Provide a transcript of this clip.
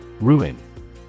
Ruin